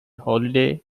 holiday